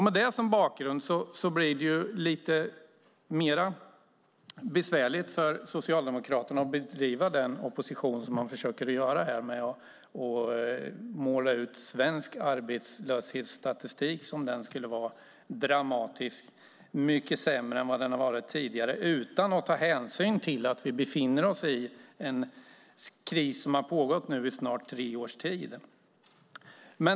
Med det som bakgrund blir det lite mer besvärligt för Socialdemokraterna att bedriva den opposition som man försöker göra här med att måla upp svensk arbetslöshetsstatistik som om den skulle vara dramatiskt mycket sämre än vad den har varit tidigare, utan att ta hänsyn till att vi befinner oss i en kris som har pågått i snart tre års tid.